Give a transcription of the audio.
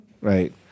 right